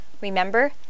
Remember